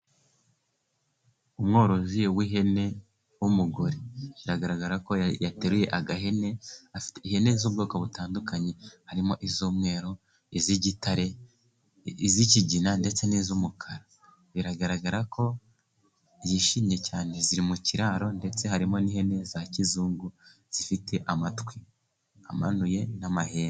Umworozi w'ihene w'umugore biragaragara ko yateruye agahene, ihene z'ubwoko butandukanye harimo iz'umweru, iz'igitare ,iz'ikigina ndetse n'iz'umukara biragaragara ko yishimye cyane, ziri mu kiraro ndetse harimo n'ihene za kizungu zifite amatwi amanuye n'amahembe.